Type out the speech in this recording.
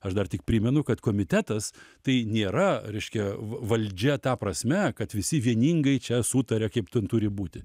aš dar tik primenu kad komitetas tai nėra reiškia valdžia ta prasme kad visi vieningai čia sutaria kaip ten turi būti